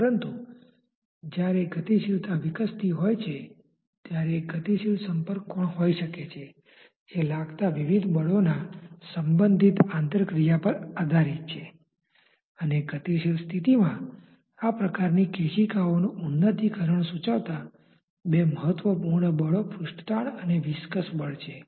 પરંતુ જ્યારે ગતિશીલતા વિકસતી હોય છે ત્યારે એક ગતિશીલ સંપર્ક કોણ હોઈ શકે છે જે લાગતા વિવિધ બળોના સંબંધિત આંતરક્રિયા પર આધારીત છે અને ગતિશીલ સ્થિતિમાં આ પ્રકારની કેશિકાઓનુ ઉન્નતીકરણ સૂચવતા બે મહત્વપૂર્ણ બળો પૃષ્ઠતાણ અને વીસ્કસ બળ છે